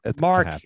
Mark